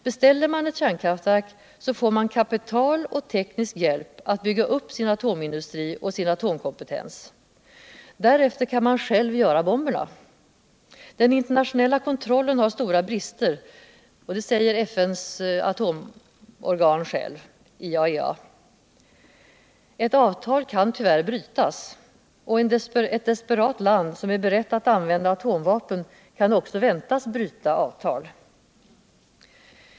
Beställer man ett kärnkraftverk får man kapital och Energiforskning teknisk hjälp att bygga upp sin atomindustri och sin atomköompetens. Därefter kan man själv göra bomberna. Den internationella kontrollen har stora brister, det säger IAFA själva. Ett avtal kan tyvärr brytas. Och ett desperat land som är berett att använda atomvapen kan också väntas bryta avtal.